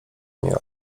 nie